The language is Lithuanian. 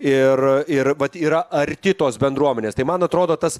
ir ir vat yra arti tos bendruomenės tai man atrodo tas